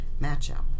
matchup